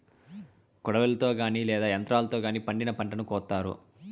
కొడవలితో గానీ లేదా యంత్రాలతో గానీ పండిన పంటను కోత్తారు